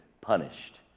punished